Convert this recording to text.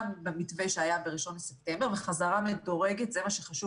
במתווה שהיה בראשון בספטמבר וחזרה מדורגת זה מה שחשוב,